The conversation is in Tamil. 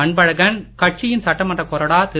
அன்பழகன் கட்சியின் சட்டமன்றக் கொறாடா திரு